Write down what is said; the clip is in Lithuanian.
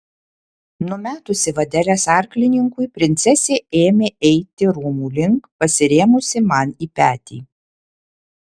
numetusi vadeles arklininkui princesė ėmė eiti rūmų link pasirėmusi man į petį